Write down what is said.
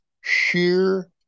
sheer